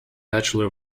bachelor